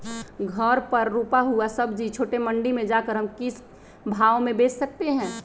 घर पर रूपा हुआ सब्जी छोटे मंडी में जाकर हम किस भाव में भेज सकते हैं?